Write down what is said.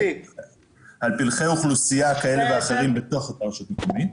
על פלחי אוכלוסייה כאלה ואחרים בתוך הרשות המקומית.